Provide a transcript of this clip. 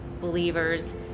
believers